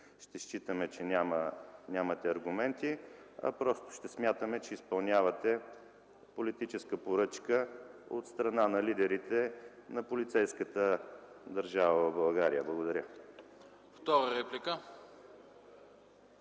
ще считаме, че нямате аргументи, а че изпълнявате политическа поръчка от страна на лидерите на полицейската държава в България. Благодаря.